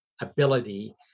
ability